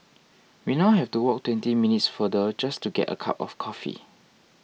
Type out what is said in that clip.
we now have to walk twenty minutes farther just to get a cup of coffee